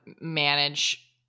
manage